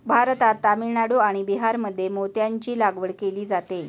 भारतात तामिळनाडू आणि बिहारमध्ये मोत्यांची लागवड केली जाते